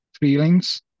feelings